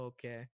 Okay